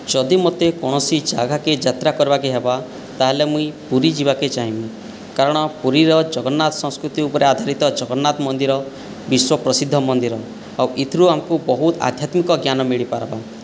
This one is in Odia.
ଯଦି ମୋତେ କୌଣସି ଜାଗାକୁ ଯାତ୍ରା କରିବାକୁ ହେବ ତା'ହେଲେ ମୁଁ ପୁରୀ ଯିବାକୁ ଚାହିଁବି କାରଣ ପୁରୀର ଜଗନ୍ନାଥ ସଂସ୍କୃତି ଉପରେ ଆଧାରିତ ଜଗନ୍ନାଥ ମନ୍ଦିର ବିଶ୍ଵ ପ୍ରସିଦ୍ଧ ମନ୍ଦିର ଆଉ ଏଥିରୁ ଆମକୁ ବହୁତ ଆଧ୍ୟାତ୍ମିକ ଜ୍ଞାନ ମିଳିପାରିବ